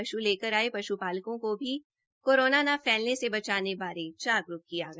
पशु लेकर आए पशुपालकों को भी करोना ना फैलने से बचाने बारे जागरूक किया गया